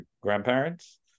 grandparents